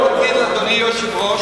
אדוני היושב-ראש,